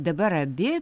dabar abi